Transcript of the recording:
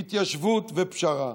התיישבות ופשרה.